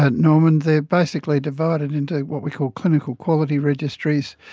ah norman, they are basically divided into what we call clinical quality registries,